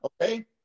Okay